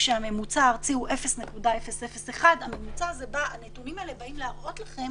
כשהממוצע הארצי הוא 0,0001%. הנתונים האלה באים להראות לכם